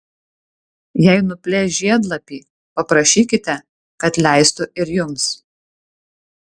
jei nuplėš žiedlapį paprašykite kad leistų ir jums